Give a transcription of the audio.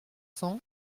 cents